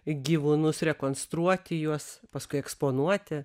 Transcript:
gyvūnus rekonstruoti juos paskui eksponuoti